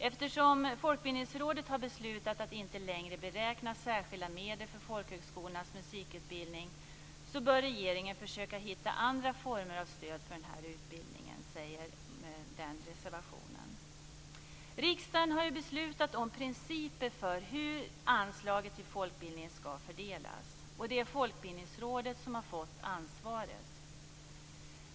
Enligt reservationen bör regeringen försöka hitta andra former av stöd för den utbildningen eftersom Folkbildningsrådet har beslutat att inte längre beräkna särskilda medel för folkhögskolornas musikutbildning. Riksdagen har ju beslutat om principer för hur anslaget till folkbildningen skall fördelas. Det är Folkbildningsrådet som har fått ansvaret.